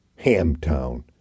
Hamtown